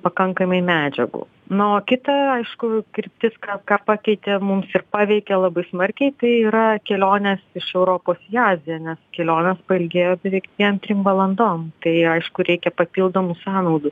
pakankamai medžiagų na o kita aišku kryptis ką ką pakeitė mums ir paveikė labai smarkiai tai yra keliones iš europos į aziją nes kelionės pailgėjo beveik dviem trim valandom tai aišku reikia papildomų sąnaudų